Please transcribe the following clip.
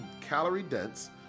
calorie-dense